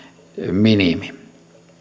minimi